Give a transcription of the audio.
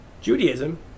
Judaism